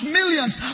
millions